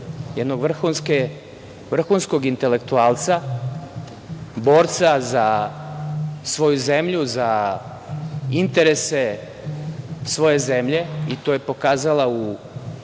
jednog vrhunskog intelektualca, borca za svoju zemlju, za interese svoje zemlje i to je pokazala